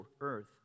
earth